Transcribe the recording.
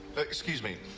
excuse me.